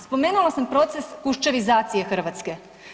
Spomenula sam proces Kuščevizacije Hrvatske.